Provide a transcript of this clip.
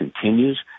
continues